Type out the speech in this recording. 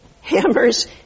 hammers